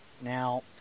Now